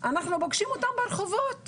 אנחנו פוגשים אותם ברחובות,